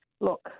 look